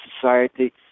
society